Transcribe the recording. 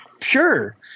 sure